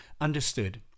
Understood